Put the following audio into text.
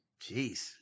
Jeez